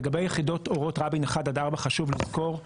לגבי יחידות אורות רבין 1-4 חשוב לזכור,